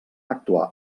actuar